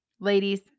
Ladies